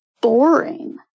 boring